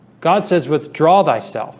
god says withdraw thyself